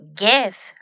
give